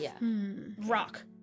rock